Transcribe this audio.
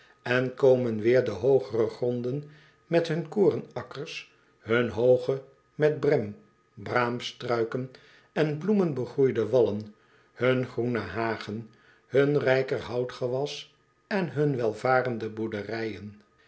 en komen weêr de hoogere gronden met hun korenakkers hun hooge met brem braamstruiken en bloemen begroeide wallen hun groene hagen hun rijker houtgewas en hun welvarende boerderijen